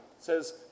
says